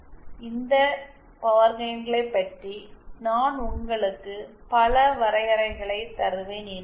இதன் அடிப்படையில் இந்த பவர் கெயின்களை பற்றி நான் உங்களுக்கு பல வரையறைகளைத் தருவேன்